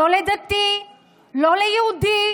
לא לדתי, לא ליהודי,